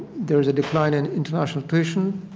there is a decline in international maturation.